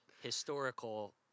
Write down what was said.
Historical